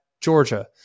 Georgia